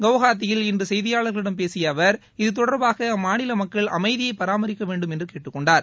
குவஹாத்தியில் இன்று செய்தியாளர்களிடம் பேசிய அவர் இதுதொடர்பாக அம்மாநில மக்கள் அமைதியை பராமரிக்கவேண்டும் என்று கேட்டுக்கொண்டார்